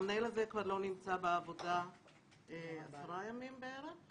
המנהל הזה כבר לא נמצא בעבודה עשרה ימים בערך.